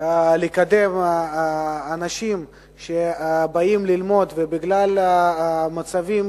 לקדם אנשים שבאים ללמוד ובגלל מצבים,